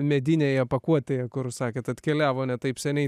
medinėje pakuotėje kur sakėt atkeliavo ne taip seniai